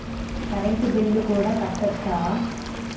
Current bill కూడా కట్టొచ్చా?